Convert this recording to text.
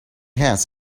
hens